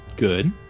good